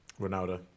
Ronaldo